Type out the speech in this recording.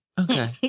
Okay